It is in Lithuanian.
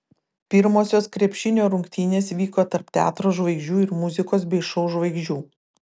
pirmosios krepšinio rungtynės vyko tarp teatro žvaigždžių ir muzikos bei šou žvaigždžių